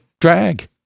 drag